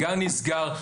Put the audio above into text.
הגן נסגר.